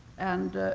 and